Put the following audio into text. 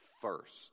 first